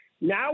Now